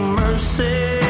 mercy